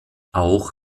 auch